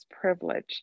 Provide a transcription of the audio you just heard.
privilege